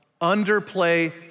underplay